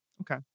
Okay